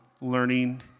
learning